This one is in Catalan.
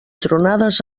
tronades